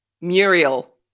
Muriel